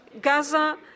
Gaza